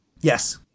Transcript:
Yes